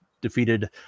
defeated